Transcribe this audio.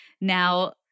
now